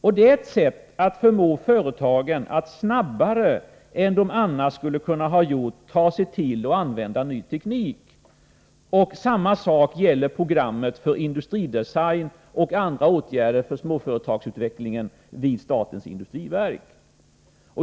Detta är ett sätt att förmå företagen att snabbare än de annars skulle ha gjort ta till sig och använda ny teknik. Samma sak gäller programmet för industridesign och andra åtgärder för småföretagsutvecklingen från statens industriverk.